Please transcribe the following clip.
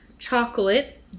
chocolate